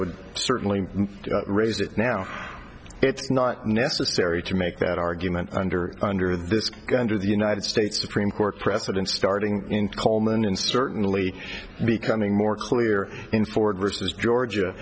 would certainly raise it now it's not necessary to make that argument under under this going to the united states supreme court precedent starting in coleman and certainly becoming more clear in florida versus georgia